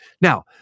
Now